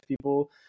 people